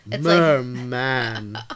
Merman